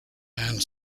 and